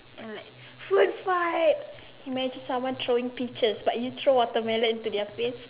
and like food fight imagine someone throwing peaches but you throw watermelon into their face